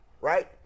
Right